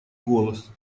голос